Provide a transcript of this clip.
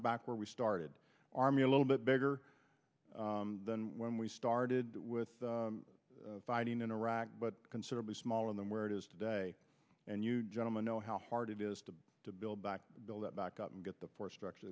of back where we started army a little bit bigger than when we started with the fighting in iraq but considerably smaller than where it is today and you gentlemen know how hard it is to to build back to build that back up and get the force structure